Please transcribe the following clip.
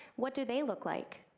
what do they look like?